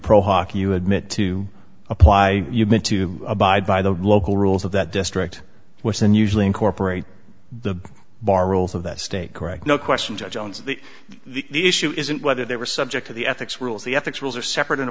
pro hoc you admit to apply you meant to abide by the local rules of that district was and usually incorporate the bar rules of that state correct no question judge jones the issue isn't whether they were subject to the ethics rules the ethics rules are separate and